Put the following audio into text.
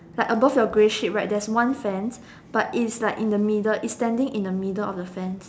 like above your grey sheet right there's one sand but is like in the middle is standing in the middle of the sands